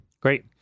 Great